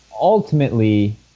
Ultimately